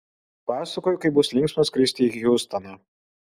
pasakoju kaip bus linksma skristi į hjustoną